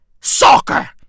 Soccer